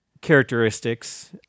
characteristics